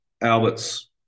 Albert's